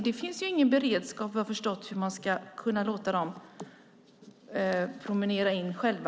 Det finns ju ingen beredskap, vad jag förstår, för hur man ska kunna låta dem promenera in själva.